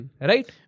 Right